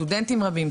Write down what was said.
סטודנטים רבים,